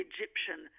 Egyptian